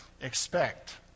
expect